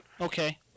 Okay